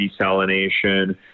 desalination